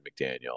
McDaniel